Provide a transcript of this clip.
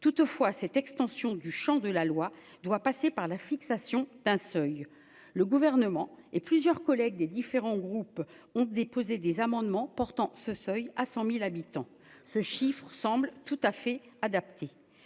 toutefois, cette extension du Champ de la loi doit passer par la fixation d'un seuil, le gouvernement et plusieurs collègues des différents groupes ont déposé des amendements portant ce seuil à 100000 habitants se chiffrent semble tout à fait adapté,